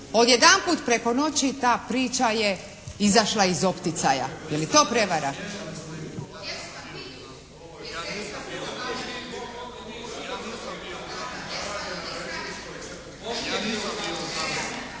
Odjedanput preko noći ta priča je izašla iz opticaja. Je li to prijevara?